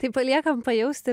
tai paliekam pajausti